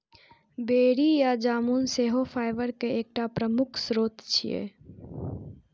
बेरी या जामुन सेहो फाइबर के एकटा प्रमुख स्रोत छियै